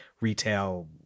retail